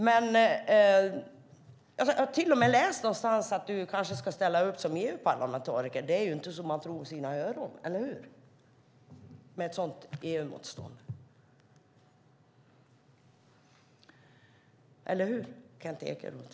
Jag har till och med läst någonstans att Kent Ekeroth kanske ska ställa upp som EU-parlamentariker. Det är ju så att man inte tror sina öron - med ett sådant EU-motstånd. Eller hur, Kent Ekeroth?